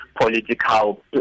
political